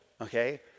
okay